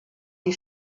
die